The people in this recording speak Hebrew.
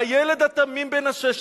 והילד התמים בן ה-16,